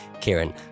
Kieran